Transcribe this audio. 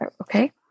Okay